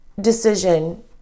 decision